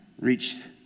reached